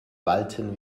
walten